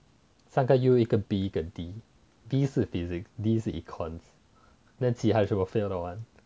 三个 U 一个 B 一个 D physics D 是 econs then 其他的全部 fail 到完